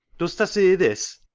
does ta see this?